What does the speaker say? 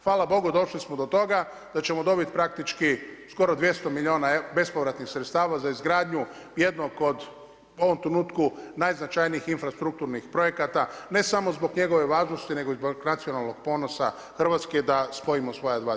Hvala Bogu, došli smo do toga da ćemo dobiti praktički skoro 200 milijuna bespovratnih sredstava za izgradnju jednog od u ovom trenutku najznačajnijih infrastrukturnih projekata ne samo zbog njegove važnosti, nego i zbog nacionalnog ponosa Hrvatske da spojimo svoja dva dijela.